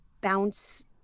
bounce